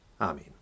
Amen